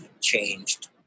changed